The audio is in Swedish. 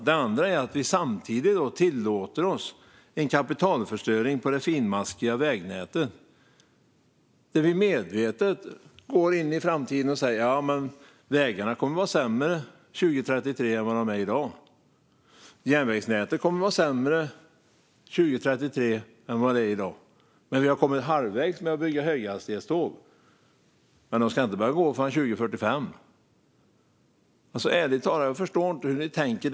Det andra är att vi samtidigt tillåter oss en kapitalförstöring på de finmaskiga vägnäten, där vi medvetet går in i framtiden och säger: Vägarna kommer att vara sämre 2033 än vad de är i dag. Järnvägsnätet kommer att vara sämre 2033 än vad det är i dag. Däremot har vi kommit halvvägs med att bygga höghastighetståg. Men de ska inte börja gå förrän 2045. Ärligt talat förstår jag inte hur ni tänker.